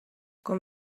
com